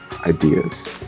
ideas